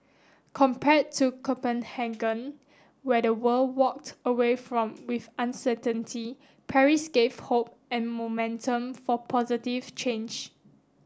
compared to Copenhagen where the world walked away from with uncertainty Paris gave hope and momentum for positive change